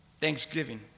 Thanksgiving